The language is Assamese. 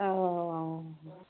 অ